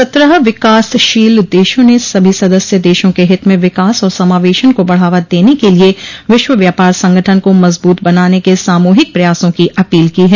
सत्रह विकासशील देशों ने सभी सदस्य देशों के हित में विकास और समावेशन को बढ़ावा देने के लिए विश्व व्यापार संगठन को मजबूत बनाने के सामूहिक प्रयासों की अपील की है